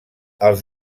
els